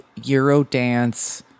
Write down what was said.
Eurodance